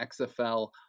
XFL